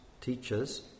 teachers